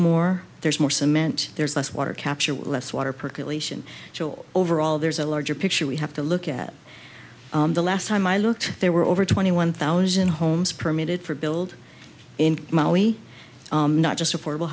more there's more cement there's less water capture less water percolation overall there's a larger picture we have to look at the last time i looked there were over twenty one thousand homes permitted for build in mali not just affordable